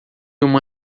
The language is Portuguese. uma